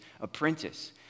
apprentice